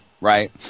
right